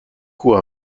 cours